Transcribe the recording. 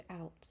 out